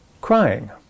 crying